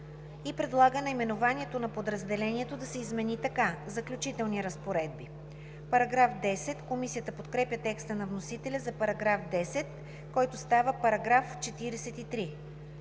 и предлага наименованието на подразделението да се измени така: „Заключителни разпоредби“. Комисията подкрепя текста на вносителя за § 10, който става § 43.